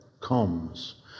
comes